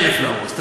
1,000 להרוס.